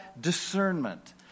discernment